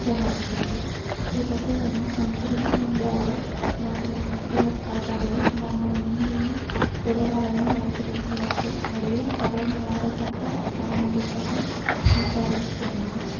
గమనించండి ఈ దశలను అనుసరించడం ద్వారా నాకు నా ఎన్పీఎస్ ఖాతాలో నా నామినీని వివరాలను నవకరించవచ్చు మరియు సరైన వారసత్వ ప్రణాళికను నిర్ధారించుకున్నాను